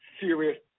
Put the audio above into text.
serious